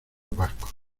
vascos